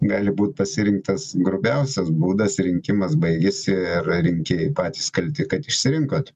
gali būt pasirinktas grubiausias būdas rinkimas baigėsi ir rinkėjai patys kalti kad išsirinkot